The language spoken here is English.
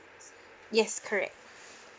yes correct